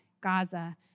Gaza